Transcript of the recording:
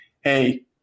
Hey